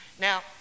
Now